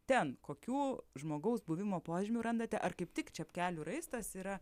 ten kokių žmogaus buvimo požymių randate ar kaip tik čepkelių raistas yra